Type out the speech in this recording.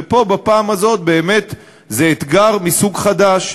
ופה בפעם הזאת באמת זה אתגר מסוג חדש,